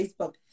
Facebook